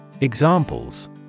Examples